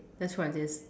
that's why it is